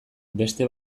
beste